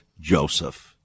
Joseph